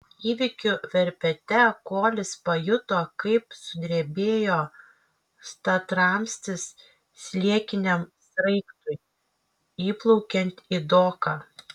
įvykių verpete kolis pajuto kaip sudrebėjo statramstis sliekiniam sraigtui įplaukiant į doką